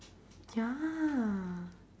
ya